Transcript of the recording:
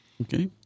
Okay